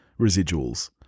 residuals